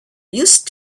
used